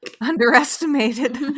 underestimated